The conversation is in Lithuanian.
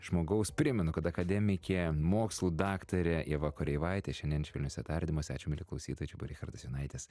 žmogaus primenu kad akademikė mokslų daktarė ieva koreivaitė šiandien švelniuose tardymuose ačiū mieli klausytojai čia buvo richardas jonaitis